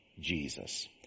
Jesus